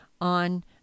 on